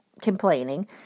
complaining